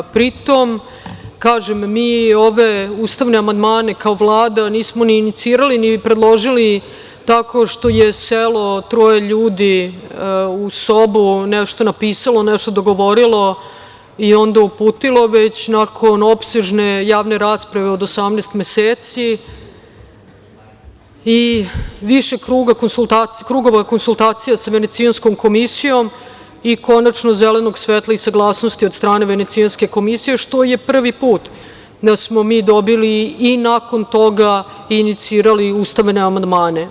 Pri tom, kažem, mi ove ustavne amandmane kao Vlada nismo ni inicirali, ni predložili tako što je selo troje ljudi u sobu, nešto napisalo, nešto dogovorilo i onda uputilo, već nakon opsežne javne rasprave od 18 meseci i više krugova konsultacija sa Venecijanskom komisijom i konačno, zelenog svetla i saglasnosti od strane Venecijanske komisije, što je prvi put da smo mi dobili i nakon toga inicirali ustavne amandmane.